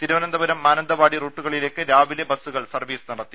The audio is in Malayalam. തിരുവനന്തപുരം മാനന്തവാടി റൂട്ടുകളിലേക്ക് രാവിലെ ബസുകൾ സർവീസ് നടത്തി